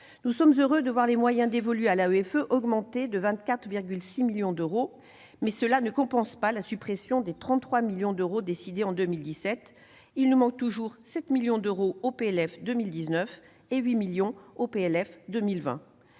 Nous sommes heureux de voir les moyens dévolus à l'Agence augmenter de 24,6 millions d'euros, mais cette hausse ne compense pas la suppression de 33 millions d'euros décidée en 2017. Il manque toujours 7 millions d'euros à la loi de finances pour 2019,